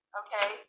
okay